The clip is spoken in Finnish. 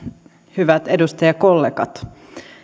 hyvät edustajakollegat